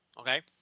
Okay